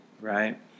right